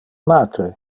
matre